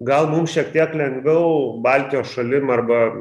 gal mum šiek tiek lengviau baltijos šalim arba